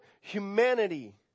humanity